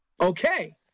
Okay